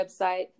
website